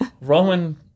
Roman